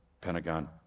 Pentagon